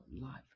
Life